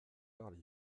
parlez